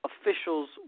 officials